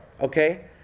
Okay